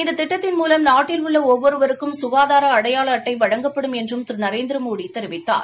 இந்த திட்டத்தின் மூலம் நாட்டில் உள்ள ஒவ்வொருக்கும் சுகாதார அடையாள அட்டை வழங்கப்படும் என்றும் திரு நரேந்திரமோடி தெரிவித்தார்